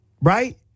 Right